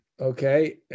Okay